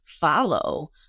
follow